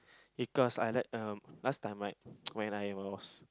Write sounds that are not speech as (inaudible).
because I like um last time right (noise) when I was